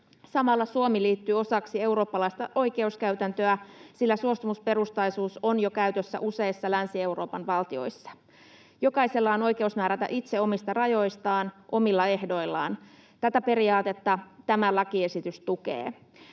Samalla Suomi liittyy osaksi eurooppalaista oikeuskäytäntöä, sillä suostumusperustaisuus on jo käytössä useissa Länsi-Euroopan valtioissa. Jokaisella on oikeus määrätä itse omista rajoistaan omilla ehdoillaan. Tätä periaatetta tämä lakiesitys tukee.